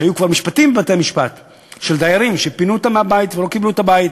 שהיו כבר משפטים של דיירים שפינו אותם מהבית והם לא קיבלו את הבית,